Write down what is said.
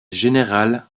générale